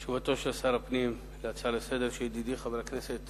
תשובתו של שר הפנים על ההצעה לסדר-היום של ידידי חבר הכנסת